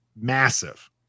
massive